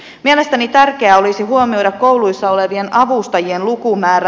mielestäni tärkeää olisi huomioida kouluissa olevien avustajien lukumäärä